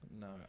No